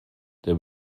der